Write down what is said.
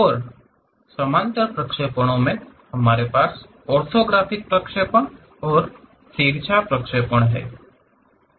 और समानांतर प्रक्षेपणों में हमारे पास ऑर्थोग्राफिक प्रक्षेपण और तिरछा प्रक्षेपण हैं